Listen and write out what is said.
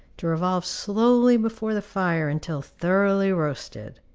to revolve slowly before the fire until thoroughly roasted.